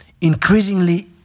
increasingly